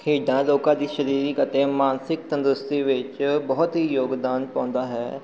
ਖੇਡਾਂ ਲੋਕਾਂ ਦੀ ਸਰੀਰਿਕ ਅਤੇ ਮਾਨਸਿਕ ਤੰਦਰੁਸਤੀ ਵਿੱਚ ਬਹੁਤ ਹੀ ਯੋਗਦਾਨ ਪਾਉਂਦਾ ਹੈ